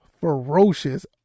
ferocious